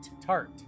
Tart